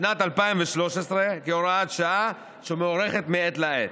שנת 2013 כהוראת שעה ומוארכת מעת לעת.